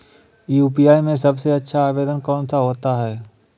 UPI में सबसे अच्छा आवेदन कौन सा होता है?